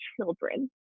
children